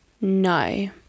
No